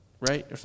right